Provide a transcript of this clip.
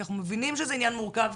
כי אנחנו מבינים שזה עניין מורכב,